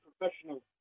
professional